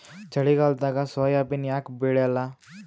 ಚಳಿಗಾಲದಾಗ ಸೋಯಾಬಿನ ಯಾಕ ಬೆಳ್ಯಾಲ?